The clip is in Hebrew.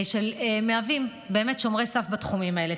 והם מהווים באמת שומרי סף בתחומים האלה.